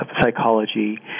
psychology